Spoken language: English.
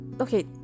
okay